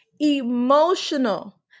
emotional